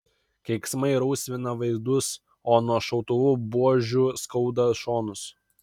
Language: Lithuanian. keiksmai rausvina veidus o nuo šautuvų buožių skauda šonus